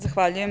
Zahvaljujem.